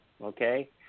okay